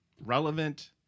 relevant